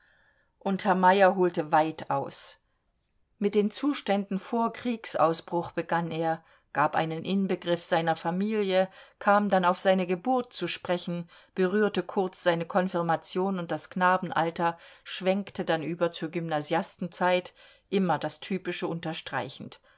und herr meyer holte weit aus mit den zuständen vor kriegsausbruch begann er gab einen inbegriff seiner familie kam dann auf seine geburt zu sprechen berührte kurz seine konfirmation und das knabenalter schwenkte dann über zur gymnasiastenzeit immer das typische unterstreichend